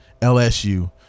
LSU